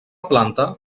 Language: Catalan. planta